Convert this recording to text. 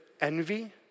envy